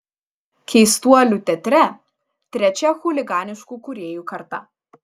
keistuolių teatre trečia chuliganiškų kūrėjų karta